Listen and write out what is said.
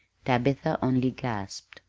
tabitha only gasped.